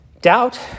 Doubt